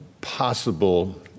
possible